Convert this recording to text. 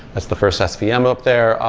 that's the first svm up there,